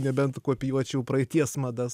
nebent kopijuočiau praeities madas